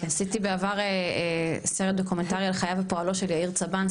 עשיתי בעבר סרט דוקומנטרי על חייו ופועלו של יאיר צבן,